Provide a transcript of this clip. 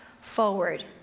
forward